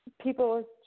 People